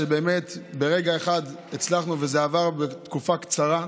שבאמת ברגע אחד הצלחנו וזה עבר בתקופה קצרה.